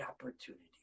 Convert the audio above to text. opportunity